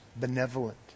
benevolent